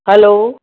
hello